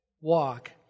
Walk